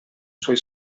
suoi